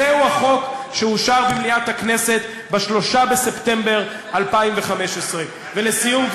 זהו החוק שאושר במליאת הכנסת ב-3 בספטמבר 2015. ולסיום,